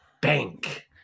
bank